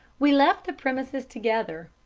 we left the premises together.